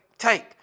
take